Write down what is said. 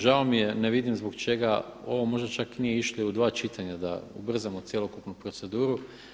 Žao mi je, ne vidim zbog čega ovo možda nije išlo i u dva čitanja da ubrzamo cjelokupnu proceduru.